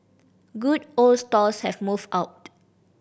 good old stalls have moved out